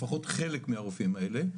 לפחות חלק מהרופאים האלה,